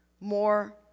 more